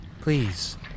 Please